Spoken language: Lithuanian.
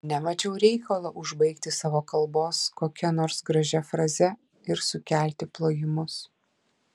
nemačiau reikalo užbaigti savo kalbos kokia nors gražia fraze ir sukelti plojimus